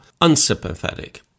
unsympathetic